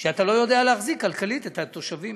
שאתה לא יודע להחזיק כלכלית את התושבים.